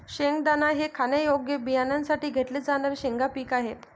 शेंगदाणा हे खाण्यायोग्य बियाण्यांसाठी घेतले जाणारे शेंगा पीक आहे